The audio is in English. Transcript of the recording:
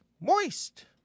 moist